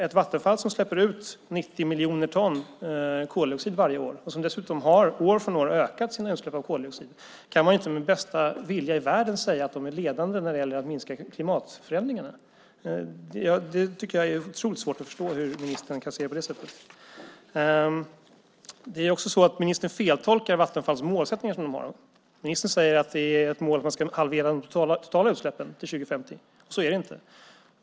Ett Vattenfall som släpper ut 90 miljoner ton koldioxid varje år och som dessutom år från år har ökat sina utsläpp av koldioxid kan man inte med bästa vilja i världen säga är ledande när det gäller att minska klimatförändringarna. Jag har otroligt svårt att förstå hur ministern kan se det på det sättet. Ministern feltolkar också Vattenfalls målsättningar. Ministern säger att det är ett mål att halvera de totala utsläppen till 2050. Så är det inte.